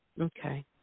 Okay